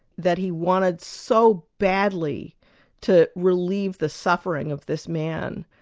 that he wanted so badly to relieve the suffering of this man,